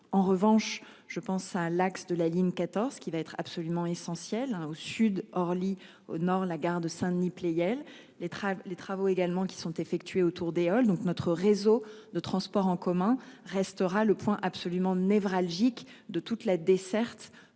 En revanche, je pense à l'axe de la ligne 14 qui va être absolument essentiel au sud, Orly au nord, la gare de Saint-Denis Pleyel les travaux les travaux également qui sont effectués autour d'Eole. Donc notre réseau de transports en commun restera le point absolument névralgique de toute la desserte